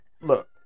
look